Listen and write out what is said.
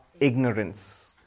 ignorance